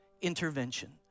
intervention